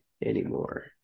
anymore